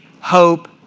hope